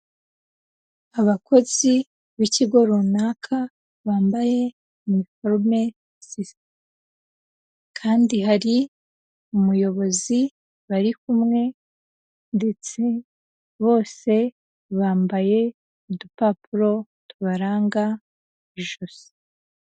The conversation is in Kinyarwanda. Abakozi b'ikigo runaka, bambaye iniforume zisa, kandi hari umuyobozi bari kumwe ndetse bose bambaye udupapuro tubaranga mu ijosi.